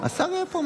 השר יהיה פה.